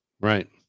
Right